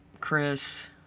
chris